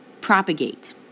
propagate